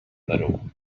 middle